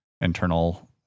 internal